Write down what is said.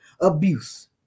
abuse